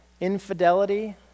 infidelity